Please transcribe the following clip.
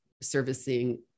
servicing